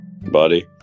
buddy